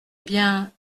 bien